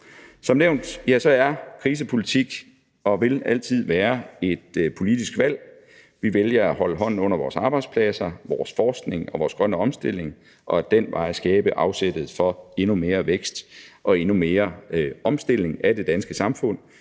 Som nævnt er krisepolitik og vil altid være et politisk valg. Vi vælger at holde hånden under vores arbejdspladser, vores forskning og vores grønne omstilling og ad den vej skabe afsættet for endnu mere vækst og endnu mere omstilling af det danske samfund,